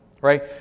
Right